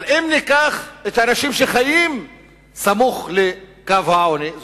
אם ניקח את האנשים שחיים סמוך לקו העוני,